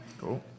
Cool